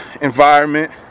environment